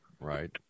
Right